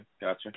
Gotcha